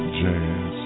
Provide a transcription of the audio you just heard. jazz